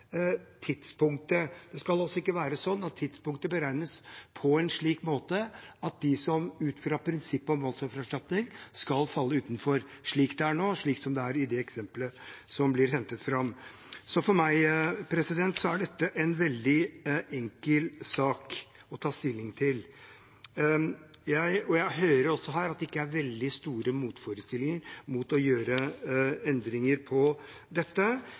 tidspunktet beregnes på en slik måte at de som ut fra prinsippet om voldsoffererstatning har rett på det, faller utenfor – slik det er nå, slik det er i eksemplet som blir hentet fram. For meg er dette en veldig enkel sak å ta stilling til. Jeg hører også at det ikke er veldig store motforestillinger mot å gjøre endringer på dette.